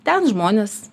ten žmonės